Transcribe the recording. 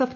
F